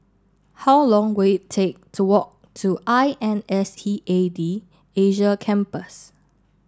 how long will it take to walk to I N S T A D Asia Campus